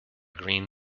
green